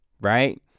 right